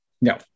no